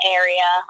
area